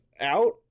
out